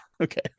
okay